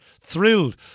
Thrilled